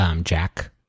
Jack